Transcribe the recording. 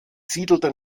siedelte